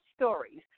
stories